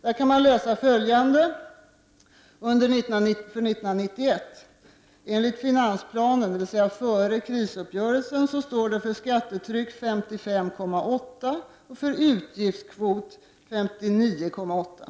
Det står att läsa följande beträffande 1991. Enligt finansplanen, dvs. före krisuppgörelsen, var skattetrycket 55,8 70. Utgiftskvoten anges till 59,8 90.